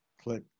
click